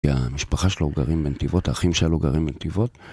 כי המשפחה שלו גרים בנתינות, האחים שלו גרים בנתיבות.